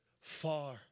far